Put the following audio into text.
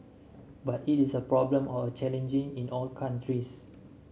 but it is a problem or a challenge in all countries